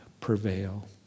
prevail